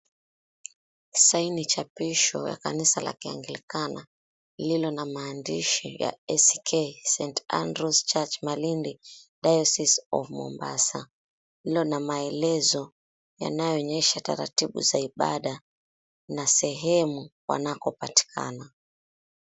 Saini chapisho la kanisa la kiangilikana lililo na maandishi ya A.C.K ST. ADNREWS CHURCH MALINDI DIOCESE OF MOMBSA lililo na maelezo yanayo onyesha taratibu za ibaada na sehemu wanakopatikana.